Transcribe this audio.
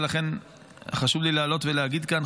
ולכן חשוב לי לעלות ולהגיד כאן,